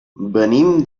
venim